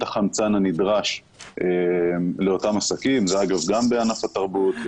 החמצן הנדרש לאותם עסקים אגב זה גם בענף התרבות,